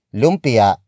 lumpia